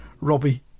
Robbie